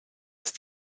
ist